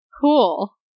cool